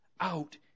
out